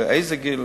לאיזה גיל,